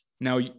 now